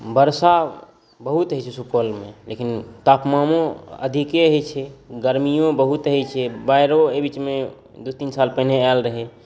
वर्षा बहुत होइ छै सुपौलमे लेकिन तापमानो अधिके होइ छै गर्मियो बहुत होइ छै बाढ़िओ एहि बीचमे दू तीन साल पहिने आयल रहै